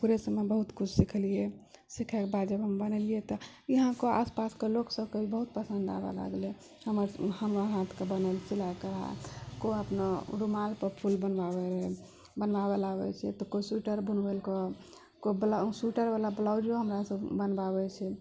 ओकरेसँ हम बहुत किछु सिखलियै सीखलाक बाद जब हम बनेलियै तऽ यहाँके आसपासके लोक सब के बहुत पसन्द आबैय लागलै हमर हाथके बनल सिलाइ कढाइ कोइ अपना रुमालपर फूल बनबाबै रहै बनबाबै लऽ आबै छै तऽ कोइ कोइ स्वेटरवला ब्लाउजो हमरासँ बनबाबै छै